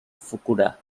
fukuda